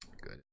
Good